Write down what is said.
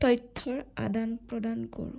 তথ্যৰ আদান প্ৰদান কৰোঁ